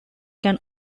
can